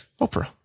Oprah